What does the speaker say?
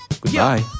Goodbye